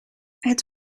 het